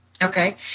Okay